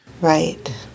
Right